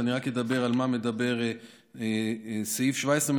ואני רק אדבר על מה שמדבר סעיף 17. הוא